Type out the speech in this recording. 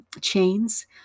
chains